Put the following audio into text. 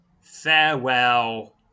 farewell